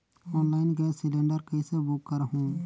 Online gas cylinder कइसे book करहु?